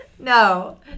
No